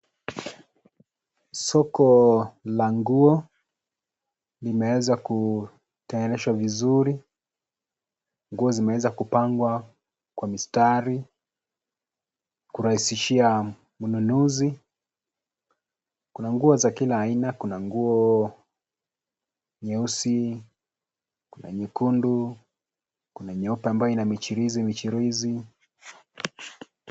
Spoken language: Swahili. Soko la nguo limeweza kutayarishwa vizuri. Nguo zimeweza kupangwa kwa mistari kurahisishia mnunuzi. Kuna nguo za kila aina. Kuna nguo nyeusi, kuna nyekundu, kuna nyeupe ambayo ina michirizimichrizi.